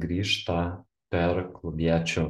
grįžta per klubiečių